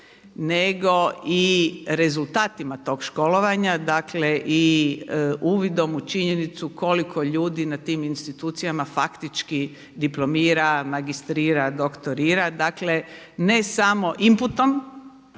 nego i rezultatima tog školovanja, dakle i uvidom u činjenicu koliko ljudi na tim institucijama faktički diplomira, magistrira, doktorira, dakle ne samo imputom